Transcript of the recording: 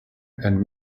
and